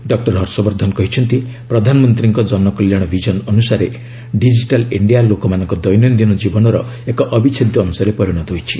doctor Harshvardhan କହିଛନ୍ତି ପ୍ରଧାନମନ୍ତ୍ରୀଙ୍କ ଜନକଲ୍ୟାଶ ଭିଜନ୍ ଅନୁସାରେ ଡିଜିଟାଲ୍ ଇଣ୍ଡିଆ ଲୋକମାନଙ୍କ ଦୈନନ୍ଦିନ ଜୀବନର ଏକ ଅବିଚ୍ଛେଦ୍ୟ ଅଂଶରେ ପରିଣତ ହୋଇଛି